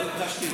לא הכחשתי את מה?